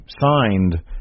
signed